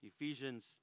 Ephesians